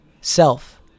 self